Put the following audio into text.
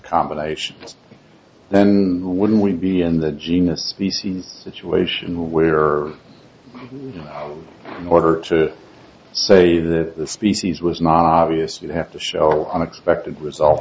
combinations then would we be in the genus the scenes situation where or order to say that the species was not obvious you'd have to show unexpected result